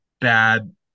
bad